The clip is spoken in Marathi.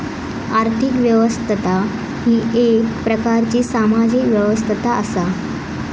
आर्थिक व्यवस्था ही येक प्रकारची सामाजिक व्यवस्था असा